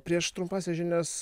prieš trumpąsias žinias